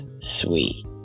sweet